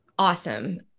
Awesome